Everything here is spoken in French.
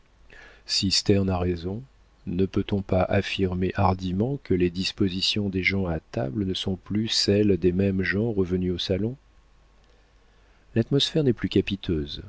sterne a raison ne peut-on pas affirmer hardiment que les dispositions des gens à table ne sont plus celles des mêmes gens revenus au salon l'atmosphère n'est plus capiteuse